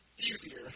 Easier